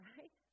Right